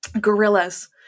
gorillas